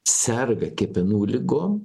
serga kepenų ligom